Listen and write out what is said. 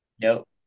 Nope